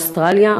אוסטרליה,